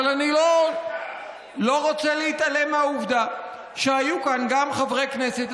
אבל אני לא רוצה להתעלם מהעובדה שהיו כאן גם חברי כנסת,